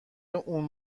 اون